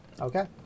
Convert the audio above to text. Okay